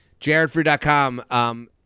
jaredfree.com –